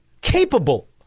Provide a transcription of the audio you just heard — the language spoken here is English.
capable